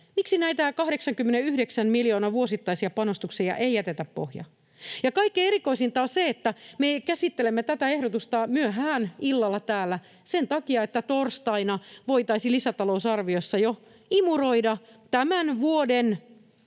miksi näitä 89 miljoonan vuosittaisia panostuksia ei jätetä pohjaan. Kaikkein erikoisinta on, että me käsittelemme tätä ehdotusta myöhään illalla täällä sen takia, että torstaina voitaisiin lisätalousarviossa jo imuroida pois tämän vuoden